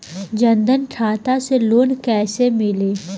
जन धन खाता से लोन कैसे मिली?